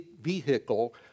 vehicle